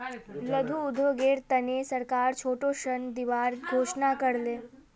लघु उद्योगेर तने सरकार छोटो ऋण दिबार घोषणा कर ले